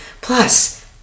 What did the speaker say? Plus